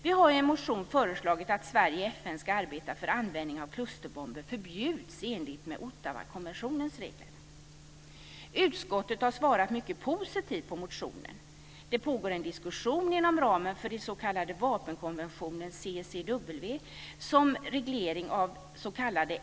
Vi har i en motion föreslagit att Sverige i FN ska arbeta för att användningen av klusterbomber förbjuds i enlighet med Ottawakonventionens regler. Utskottet har svarat mycket positivt på motionen. Det pågår en diskussion inom ramen för den s.k.